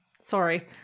sorry